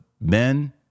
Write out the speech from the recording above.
men